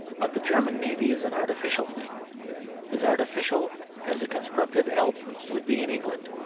but the german navy is an artificial thing as artificial as a constructed alp would be in england.